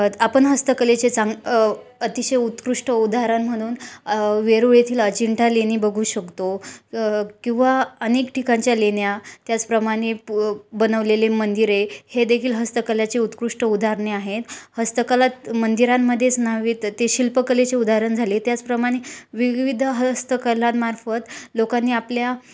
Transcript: अत आपण हस्तकलेचे चांग अतिशय उत्कृष्ट उदाहरण म्हणून वेरूळ येथील अजिंठा लेणी बघू शकतो किंवा अनेक ठिकाणच्या लेण्या त्याचप्रमाणे पु बनवलेले मंदिरे हे देखील हस्तकलेचे उत्कृष्ट उदाहारणे आहेत हस्तकला मंदिरांमध्येच नव्हेत तर ते शिल्पकलेचे उदाहरण झाले त्याचप्रमाणे विविध हस्तकलांमार्फत लोकांनी आपल्या